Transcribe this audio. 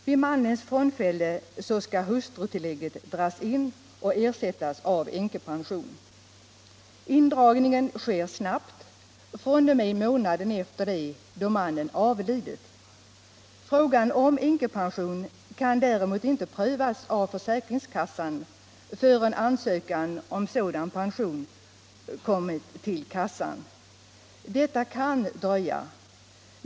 Vid mannens frånfälle skall hustrutillägget dras in och ersättas av änkepension. Indragningen sker snabbt — fr.o.m. månaden efter den då mannen avlidit. Frågan om änkepension kan däremot inte prövas av försäkringskassan förrän ansökan om sådan pension kommit till kassan. Detta kan dröja.